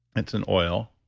it's an oil.